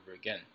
again